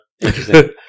Interesting